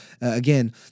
again